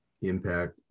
Impact